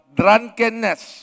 drunkenness